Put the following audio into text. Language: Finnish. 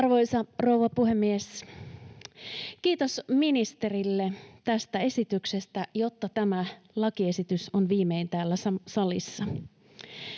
Arvoisa rouva puhemies! Kiitos ministerille tästä esityksestä, jotta tämä lakiesitys on viimein täällä salissa.